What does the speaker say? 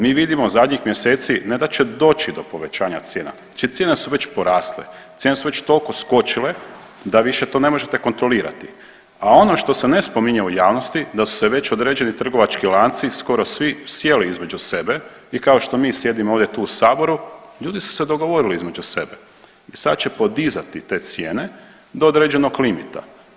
Mi vidimo zadnjih mjeseci, ne da će doći do povećanja cijena, cijene su već porasle, cijene su već toliko skočile da više to ne možete kontrolirati, a ono što se ne spominje u javnosti da su se već neki trgovački lanci, skoro svi, sjeli između sebe i kao što mi sjedimo ovdje tu u Saboru, ljudi su se dogovorili između sebe i sad će podizati te cijene do određenog limita.